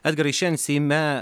edgarai šiandien seime